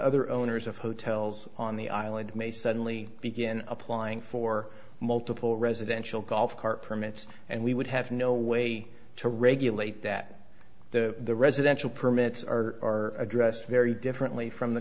other owners of hotels on the island may suddenly begin applying for multiple residential golf cart permits and we would have no way to regulate that the residential permits are addressed very differently from the